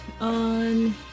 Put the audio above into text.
on